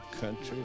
country